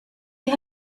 you